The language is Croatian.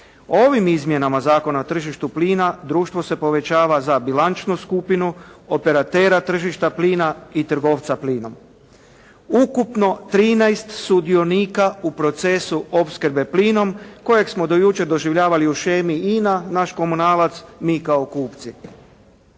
Ovim izmjenama Zakona o tržištu plina društvo se povećava za bilančnu skupinu, operatera tržišta plina i trgovca plinom. Ukupno 13 sudionika u procesu opskrbe plinom kojeg smo do jučer doživljavali u shemi Ina, naš komunalac, mi kao kupci.